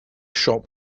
shop